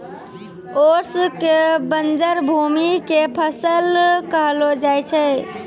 oats कॅ बंजर भूमि के फसल कहलो जाय छै